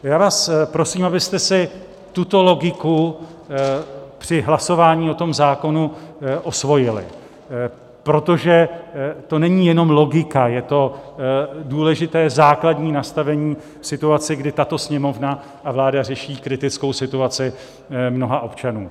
Já vás prosím, abyste si tuto logiku při hlasování o tom zákonu osvojili, protože to není jenom logika, je to důležité základní nastavení situace, kdy tato Sněmovna a vláda řeší kritickou situaci mnoha občanů.